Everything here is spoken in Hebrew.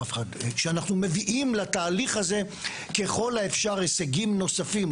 שאנחנו מביאים לתהליך הזה ככל האפשר הישגים נוספים,